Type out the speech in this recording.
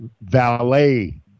valet